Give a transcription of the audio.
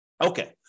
Okay